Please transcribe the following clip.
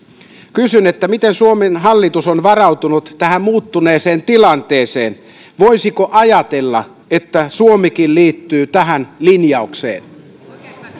kysyn miten suomen hallitus on varautunut tähän muuttuneeseen tilanteeseen voisiko ajatella että suomikin liittyy tähän linjaukseen